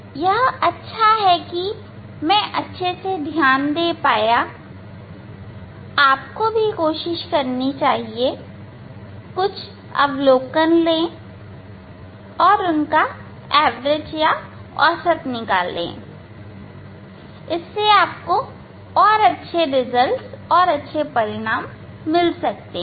यह अच्छा है कि मैं अच्छे से ध्यान दे पाया आपको कोशिश करनी चाहिए कुछ अवलोकन ले और उनका औसत ले आपको और अच्छा परिणाम मिल सकता है